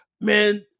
man